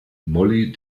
mollie